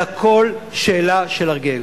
זה הכול שאלה של הרגל.